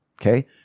Okay